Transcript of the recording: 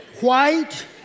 white